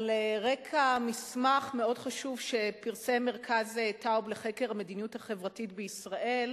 על רקע מסמך מאוד חשוב שפרסם מרכז טאוב לחקר המדיניות החברתית בישראל,